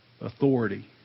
authority